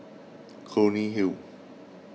Clunny Hill